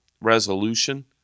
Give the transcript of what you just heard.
resolution